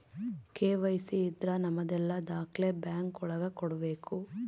KYC ಇದ್ರ ನಮದೆಲ್ಲ ದಾಖ್ಲೆ ಬ್ಯಾಂಕ್ ಒಳಗ ಕೊಡ್ಬೇಕು